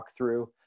walkthrough